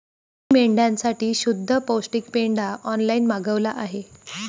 मी मेंढ्यांसाठी शुद्ध पौष्टिक पेंढा ऑनलाईन मागवला आहे